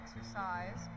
exercise